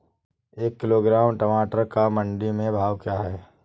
एक किलोग्राम टमाटर का मंडी में भाव क्या है?